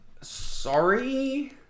Sorry